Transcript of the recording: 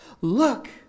look